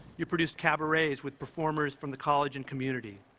you produced cabarets with performers from the college and community.